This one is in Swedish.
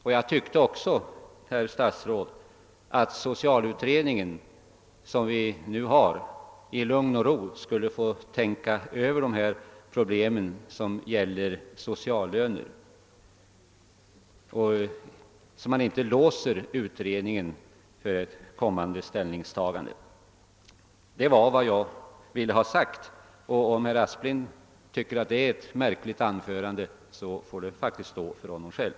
Vidare anförde jag, herr statsråd, att socialutredningen borde i lugn och ro få tänka över uppslaget med sociallöner, så att utredningen inte blir låst i sitt ställningstagande. Det var vad jag ville ha sagt i mitt anförande, och om herr Aspling tyckte att det var så märkligt får det faktiskt stå för honom själv.